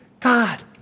God